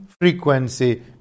frequency